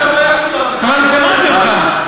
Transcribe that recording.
זה רעיון טוב לספח את התושבים,